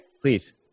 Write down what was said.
Please